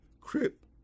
crip